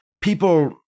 people